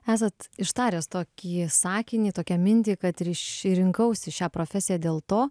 esat ištaręs tokį sakinį tokią mintį kad ir ši rinkausi šią profesiją dėl to